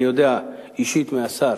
אני יודע אישית מהשר,